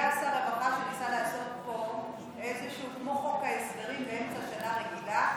היה שר רווחה שניסה לעשות פה כמו חוק ההסדרים באמצע שנה רגילה